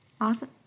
Awesome